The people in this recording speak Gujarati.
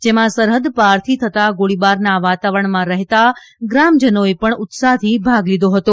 જેમાં સરહદ પારથી થતાં ગોળીબારના વાતાવરણમાં રહેતા ગ્રામજનોએ પણ ઉત્સાહથી ભાગ લીધો હતો